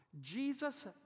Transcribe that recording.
Jesus